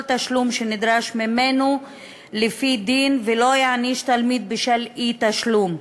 תשלום שנדרש ממנו לפי דין ולא יעניש תלמיד בשל אי-תשלום.